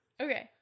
Okay